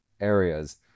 areas